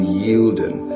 yielding